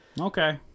okay